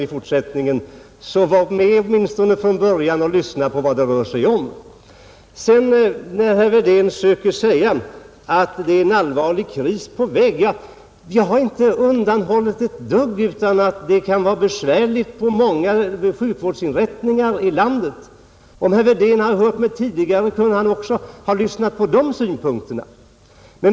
bör herr Wedén vara med från början och lyssna på vad den rör sig om. Herr Wedén söker säga att det är en allvarlig kris på väg. Jag har inte undanhållit något utan sagt att det kan vara besvärligt för många sjukvårdsinrättningar i landet. Om herr Wedén hade hört mig tidigare, kunde han också ha lyssnat på dessa synpunkter.